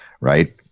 right